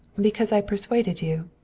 because i persuaded you.